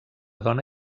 dona